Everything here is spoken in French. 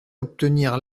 obtenir